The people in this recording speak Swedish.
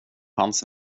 hans